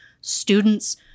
students